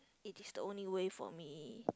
it is the only way for me